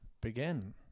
begin